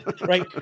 Right